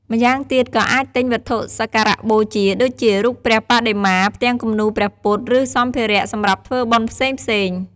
ម្យ៉ាងទៀតក៏អាចទិញវត្ថុសក្ការៈបូជា ដូចជារូបព្រះបដិមា ផ្ទាំងគំនូរព្រះពុទ្ធ ឬសម្ភារៈសម្រាប់ធ្វើបុណ្យផ្សេងៗ។